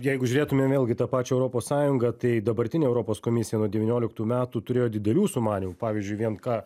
jeigu žiūrėtumėm vėlgi į tą pačią europos sąjungą tai dabartinė europos komisija nuo devynioliktų metų turėjo didelių sumanymų pavyzdžiui vien ką